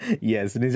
Yes